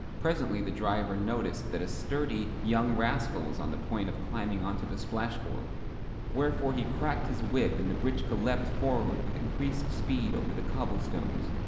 presently the driver noticed that a sturdy young rascal was on the point of climbing onto the splashboard wherefore he cracked his whip and the britchka leapt forward with increased speed over the cobblestones.